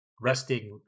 resting